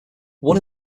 won